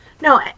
No